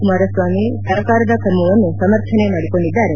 ಕುಮಾರಸ್ವಾಮಿ ಸರ್ಕಾರದ ಕ್ರಮವನ್ನು ಸಮರ್ಥನೆ ಮಾಡಿಕೊಂಡಿದ್ದಾರೆ